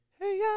Hey